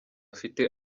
afite